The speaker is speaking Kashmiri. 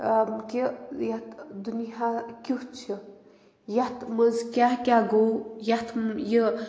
کہِ یَتھ دُنیا کیُتھ چھُ یَتھ منٛز کیٛاہ کیٛاہ گوٚو یَتھ یہِ